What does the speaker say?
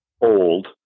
old